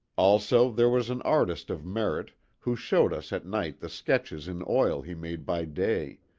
also there was an artist of merit who showed us at night the sketches in oil he made by day.